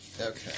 Okay